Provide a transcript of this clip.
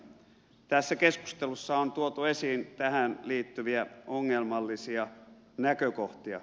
tässä keskustelussa on tuotu esiin tähän liittyviä ongelmallisia näkökohtia